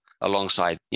alongside